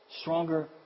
Stronger